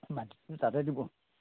মাটিতো তাতে দিব